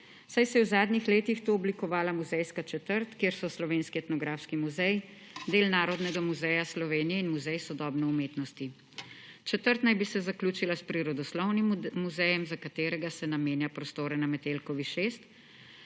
saj se je v zadnjih letih tu oblikovala muzejska četrt, kjer so Slovenski etnografski muzej, del Narodnega muzeja Slovenije in Muzej sodobne umetnosti. Četrt naj bi se zaključila s Prirodoslovnim muzejem, za katerega se namenja prostore na Metelkovi 6,